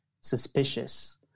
suspicious